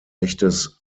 echtes